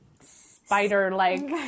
spider-like